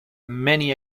many